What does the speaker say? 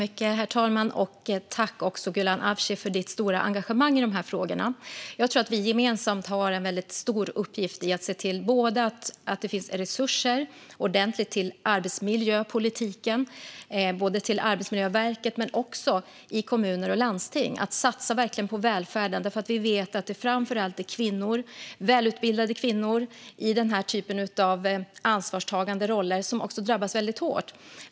Herr talman! Tack, Gulan Avci, för ditt stora engagemang i de här frågorna! Jag tror att vi gemensamt har en väldigt stor uppgift i att se till att det finns ordentligt med resurser till arbetsmiljöpolitiken och Arbetsmiljöverket men också till kommuner och landsting att verkligen satsa på välfärden. Vi vet att det framför allt är kvinnor, välutbildade kvinnor, i den här typen av ansvarstagande roller som drabbas väldigt hårt.